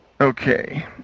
Okay